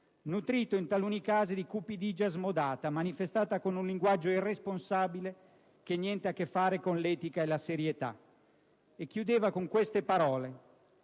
nutrito in taluni casi di cupidigia smodata, manifestata con un linguaggio irresponsabile che niente ha a che fare con l'etica e la serietà». E chiudeva con queste parole: